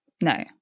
No